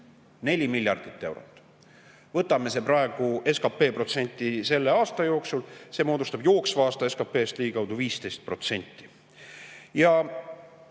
Neli miljardit eurot! Võtame praegu SKP protsenti selle aasta jooksul – see moodustab jooksva aasta SKP-st ligikaudu 15%.